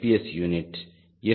S unit F